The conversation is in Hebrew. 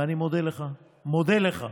ואני מודה לך, מודה לך,